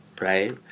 right